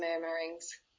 murmurings